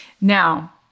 Now